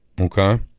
Okay